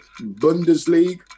Bundesliga